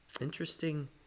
Interesting